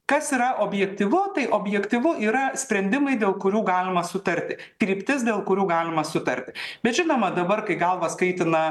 kas yra objektyvu tai objektyvu yra sprendimai dėl kurių galima sutarti kryptis dėl kurių galima sutarti bet žinoma dabar kai galvas kaitina